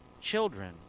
children